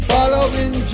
Following